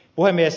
puhemies